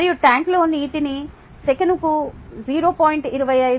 మరియు ట్యాంక్లో నీటిని సెకనుకు 0